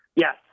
Yes